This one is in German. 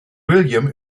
william